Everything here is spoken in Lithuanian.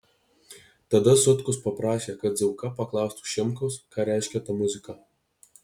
tada sutkus paprašė kad zauka paklaustų šimkaus ką reiškia ta muzika